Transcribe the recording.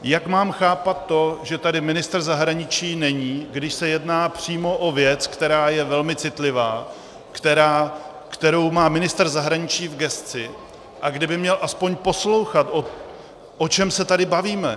Jak mám chápat to, že tady ministr zahraničí není, když se jedná přímo o věc, která je velmi citlivá, kterou má ministr zahraničí v gesci, a kdy by měl aspoň poslouchat, o čem se tady bavíme?